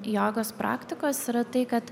jogos praktikos yra tai kad